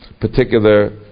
particular